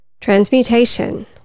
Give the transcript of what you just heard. Transmutation